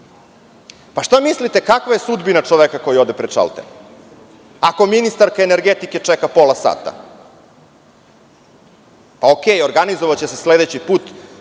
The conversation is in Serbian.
mislite, kakava je sudbina čoveka koji ode pred šalter, ako ministarka energetike čeka pola sata? Ok, Organizovaće se sledeći put,